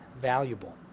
valuable